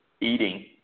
eating